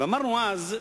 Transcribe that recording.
ואמרנו אז,